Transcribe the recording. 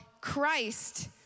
Christ